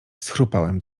schrupałem